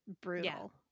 brutal